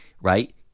right